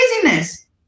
craziness